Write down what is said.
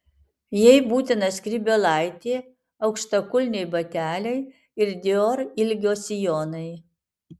jai būtina skrybėlaitė aukštakulniai bateliai ir dior ilgio sijonai